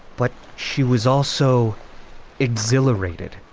but she was also exhilarated.